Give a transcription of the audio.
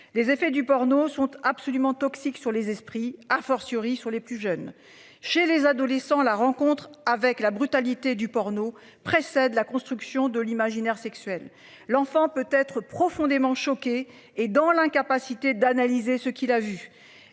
Les effets du porno sont absolument toxiques sur les esprits, à fortiori sur les plus jeunes, chez les adolescents. La rencontre avec la brutalité du porno précède la construction de l'imaginaire sexuel, l'enfant peut être profondément choqué et dans l'incapacité d'analyser ce qui l'a vu,